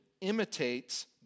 imitates